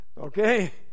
Okay